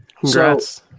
Congrats